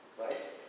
Right